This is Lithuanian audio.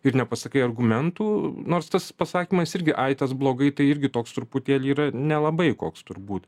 ir nepasakai argumentų nors tas pasakymas irgi ai tas blogai tai irgi toks truputėlį yra nelabai koks turbūt